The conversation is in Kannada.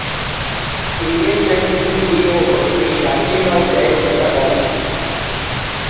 ಇಂಡಿಯನ್ ಬ್ಯಾಂಕಿನ ಸಿ.ಇ.ಒ ಶ್ರೇ ಶಾಂತಿ ಲಾಲ್ ಜೈನ್ ಅಂತ ಅದಾರ